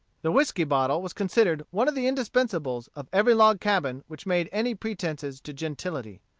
the whiskey-bottle was considered one of the indispensables of every log cabin which made any pretences to gentility.